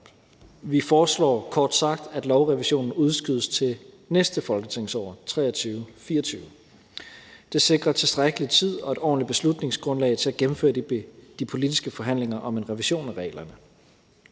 Vi foreslår kort sagt, at lovrevisionen udskydes til næste folketingsår, 2023-24. Det sikrer tilstrækkelig tid og et ordentligt beslutningsgrundlag til at gennemføre de politiske forhandlinger om en revision af reglerne.